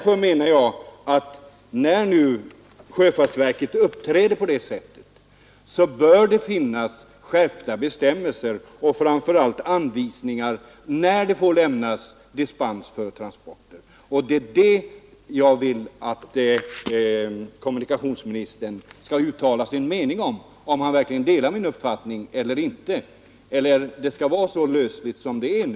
Jag menar att när nu sjöfartsverket uppträder på detta sätt bör det finnas skärpta bestämmelser och framför allt anvisningar om när man får lämna dispens för transporter. Det är därför jag vill att kommunikationsministern skall uttala sin mening — om han verkligen delar min uppfattning eller om det skall vara så lösligt som det är nu.